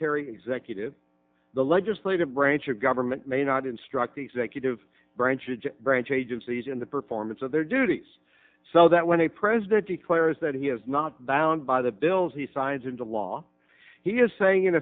unitary executive the legislative branch of government may not instruct the executive branch branch agencies in the performance of their duties so that when a president declares that he is not bound by the bills he signs into law he is saying in